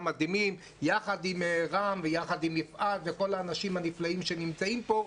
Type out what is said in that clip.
מדהימים יחד עם רם ויחד עם יפעת וכל האנשים הנפלאים שנמצאים פה,